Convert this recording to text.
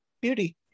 beauty